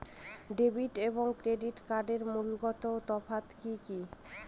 Debit এবং credit কার্ডের মূলগত তফাত কি কী?